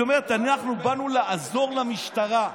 היא אמרה: אנחנו באנו לעזור למשטרה.